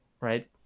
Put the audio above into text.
right